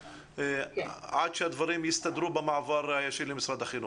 עד שהדברים יסתדרו במעבר למשרד החינוך.